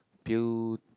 pill